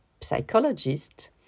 psychologist